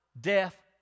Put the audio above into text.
death